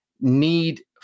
need